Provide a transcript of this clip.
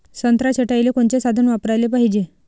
संत्रा छटाईले कोनचे साधन वापराले पाहिजे?